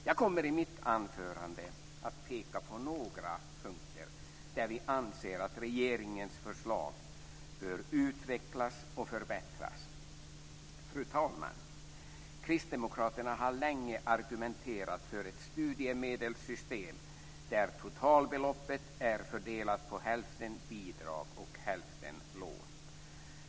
Jag kommer i mitt anförande att peka på några punkter där vi anser att regeringens förslag bör utvecklas och förbättras. Fru talman! Kristdemokraterna har länge argumenterat för ett studiemedelssystem där totalbeloppet är fördelat på hälften bidrag och hälften lån.